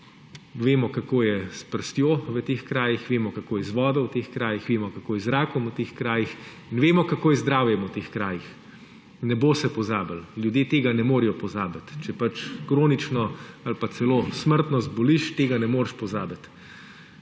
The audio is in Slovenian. vemo, kaj je s prstjo v teh krajih, vemo, kako je z vodo v teh krajih, vemo, kako je z zrakom v teh krajih, in vemo, kako je z zdravjem v teh krajih. Ne bo se pozabilo! Ljudje tega ne morejo pozabiti. Če pač kronično ali pa celo smrtno zboliš, tega ne moreš pozabiti.